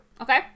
Okay